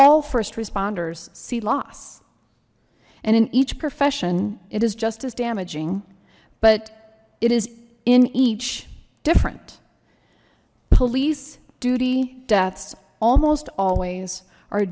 all first responders see loss and in each profession it is just as damaging but it is in each different police duty deaths almost always are